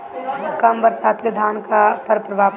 कम बरसात के धान पर का प्रभाव पड़ी?